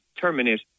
terminate